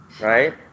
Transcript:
right